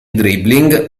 dribbling